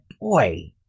boy